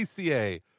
ACA